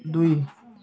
दुई